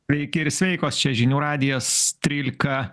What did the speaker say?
sveiki ir sveikos čia žinių radijas trylika